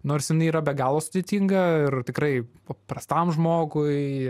nors jinai yra be galo sudėtinga ir tikrai paprastam žmogui